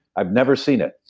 i've never seen it,